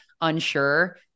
unsure